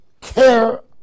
care